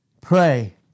pray